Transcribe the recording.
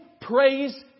praise